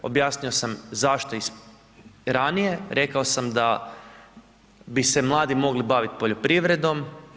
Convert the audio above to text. Objasnio sam zašto i ranije, rekao sam da bi se mladi mogli baviti poljoprivredom.